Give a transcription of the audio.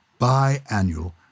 Biannual